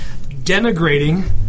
denigrating